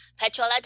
Petrolatum